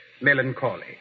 melancholy